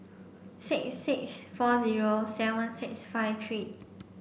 six six four zero seven six five three